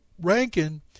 Rankin